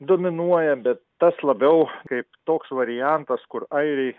dominuoja bet tas labiau kaip toks variantas kur airiai